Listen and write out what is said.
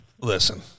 listen